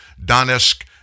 Donetsk